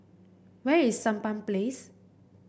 where is Sampan Place